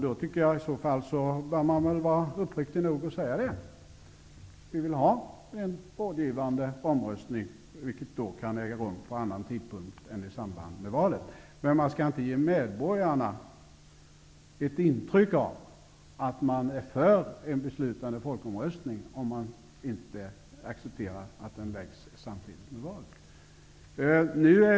I så fall bör man vara uppriktig och säga att man vill ha en rådgivande omröstning som kan äga rum vid annan tidpunkt än i samband med val. Men man skall inte ge medborgarna ett intryck av att man är för en beslutande folkomröstning, om man inte accepterar att den hålls i samband med val.